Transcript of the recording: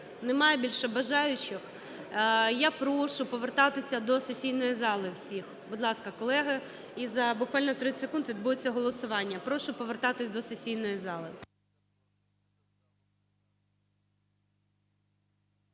Немає більше бажаючих? Я прошу повертатися до сесійної зали всіх, будь ласка, колеги. І за буквально тридцять секунд відбудеться голосування. Прошу повертатись до сесійної зали.